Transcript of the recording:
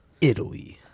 Italy